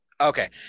Okay